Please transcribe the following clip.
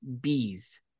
bees